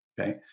okay